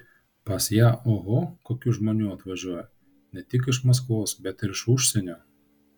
pas ją oho kokių žmonių atvažiuoja ne tik iš maskvos bet ir iš užsienio